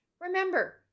Remember